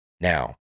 Now